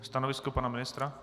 Stanovisko pana ministra?